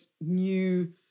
new